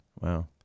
Wow